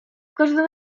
każdym